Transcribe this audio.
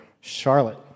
Charlotte